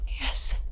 Yes